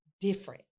different